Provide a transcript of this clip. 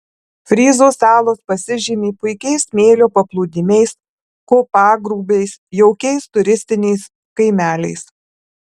fryzų salos pasižymi puikiais smėlio paplūdimiais kopagūbriais jaukiais turistiniais kaimeliais